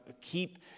keep